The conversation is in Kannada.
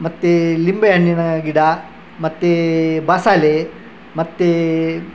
ಮತ್ತು ನಿಂಬೆಹಣ್ಣಿನ ಗಿಡ ಮತ್ತು ಬಸಳೆ ಮತ್ತು